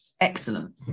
excellent